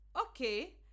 Okay